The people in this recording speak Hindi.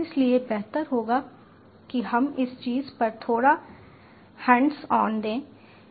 इसलिए बेहतर होगा कि हम इस चीज पर थोड़ा हैंड्स ऑन दें